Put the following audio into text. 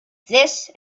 this